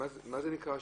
מה זה נקרא שיווק?